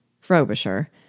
Frobisher